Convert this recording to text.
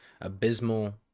abysmal